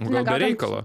gal be reikalo